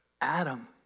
Adam